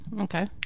Okay